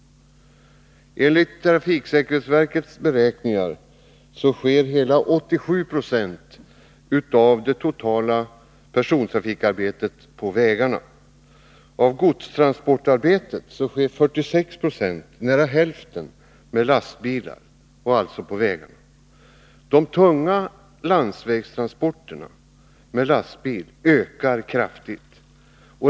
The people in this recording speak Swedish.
Enligt trafiksäkerhetsverkets beräkningar sker hela 87 96 av det totala persontrafikarbetet på vägarna. Av godstransportarbetet sker 46 90, eller nära hälften, med lastbilar — alltså på vägarna. De tunga landsvägstransporterna med lastbil ökar kraftigt.